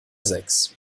sechs